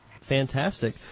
Fantastic